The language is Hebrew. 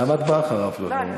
למה את באה אחריו כל פעם?